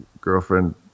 girlfriend